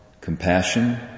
compassion